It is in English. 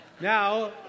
Now